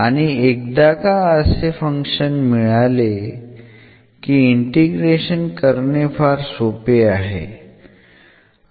आणि एकदा का असे फंक्शन मिळाले की इंटिग्रेशन करणे फार सोपे आहे